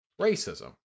racism